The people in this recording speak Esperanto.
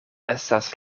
estas